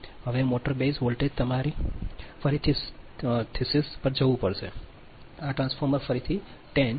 હવે motor base voltage તમારે ફરીથી થિસ્ટિસ પર જવું પડશે આ ટ્રાન્સફોર્મર ફરીથી 10